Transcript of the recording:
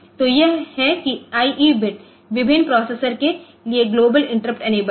तो यह है कि IE बिट विभिन्न प्रोसेसर के लिए ग्लोबल इंटरटेनी इनेबलहै